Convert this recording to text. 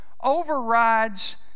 overrides